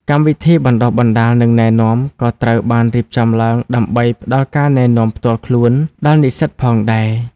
កម្មវិធីបណ្តុះបណ្តាល និងណែនាំ ក៏ត្រូវបានរៀបចំឡើងដើម្បីផ្តល់ការណែនាំផ្ទាល់ខ្លួនដល់និស្សិតផងដែរ។